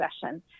session